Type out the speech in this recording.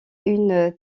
une